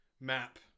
Map